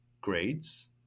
grades